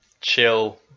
chill